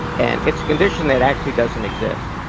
and it's a condition that actually doesn't exist.